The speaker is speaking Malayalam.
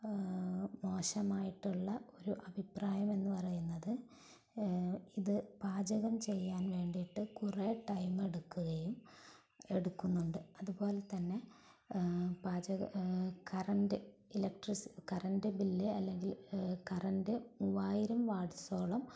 മോശമായിട്ടുള്ള ഒരു അഭിപ്രായം എന്നു പറയുന്നത് ഇത് പാചകം ചെയ്യാൻ വേണ്ടിയിട്ട് കുറേ ടൈം എടുക്കുകയും എടുക്കുന്നുണ്ട് അതുപോലെതന്നെ പാചക കറന്റ് ബില്ല് അല്ലെങ്കിൽ കറന്റ് മൂവായിരം വാട്സോളം